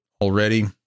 already